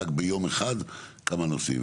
רק ביום אחד כמה נושאים.